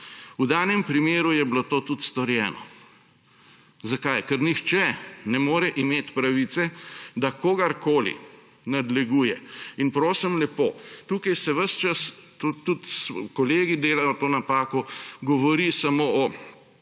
V danem primeru je bilo to tudi storjeno. Zakaj? Ker nihče ne more imeti pravice, da kogarkoli nadleguje. In prosim lepo, tukaj se ves čas – tudi kolegi delajo to napako –, govori samo o